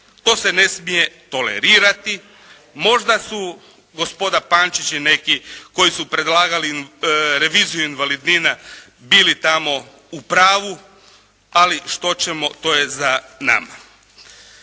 to se ne smije tolerirati. Možda su gospoda Pančić i neki koji su predlagali reviziju invalidnina bili tamo u pravu, ali što ćemo to je za nama.